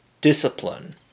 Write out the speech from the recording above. discipline